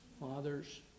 father's